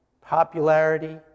popularity